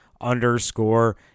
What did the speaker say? underscore